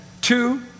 Two